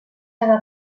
cada